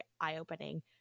eye-opening